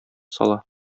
сала